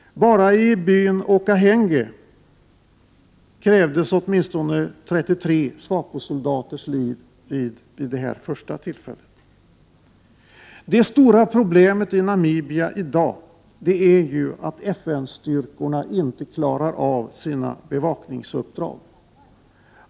Bara i byn Okahenge krävdes åtminstone 33 SWAPO-soldaters liv vid det här första tillfället. Det stora problemet i Namibia i dag är ju att FN-styrkorna inte klarar av sina bevakningsuppdrag.